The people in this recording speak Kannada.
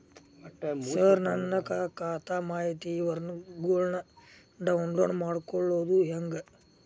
ಸರ ನನ್ನ ಖಾತಾ ಮಾಹಿತಿ ವಿವರಗೊಳ್ನ, ಡೌನ್ಲೋಡ್ ಮಾಡ್ಕೊಳೋದು ಹೆಂಗ?